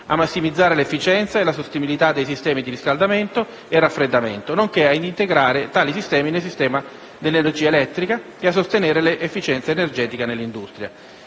a massimizzare l'efficienza e la sostenibilità dei sistemi di riscaldamento e raffreddamento, nonché ad integrare tali sistemi nel sistema dell'energia elettrica e a sostenere l'efficienza energetica nell'industria.